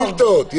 יש שאילתות.